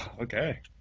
Okay